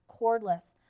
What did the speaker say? cordless